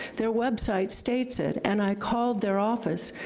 their website states it, and i called their office.